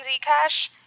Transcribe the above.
Zcash